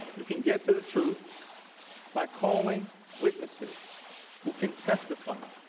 you can get to the truth by calling witnesses who can testify.